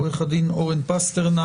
נמצא עורך הדין אורן פסטרנק.